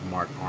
Mark